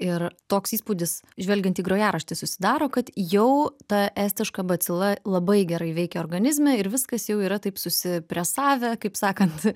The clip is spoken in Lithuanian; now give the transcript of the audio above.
ir toks įspūdis žvelgiant į grojaraštį susidaro kad jau ta estiška bacila labai gerai veikia organizme ir viskas jau yra taip susipresavę kaip sakant